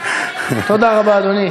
תודה רבה, אדוני.